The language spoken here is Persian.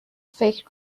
فکر